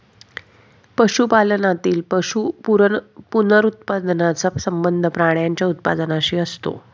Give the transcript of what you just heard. पशुपालनातील पशु पुनरुत्पादनाचा संबंध प्राण्यांच्या उत्पादनाशी असतो